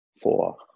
four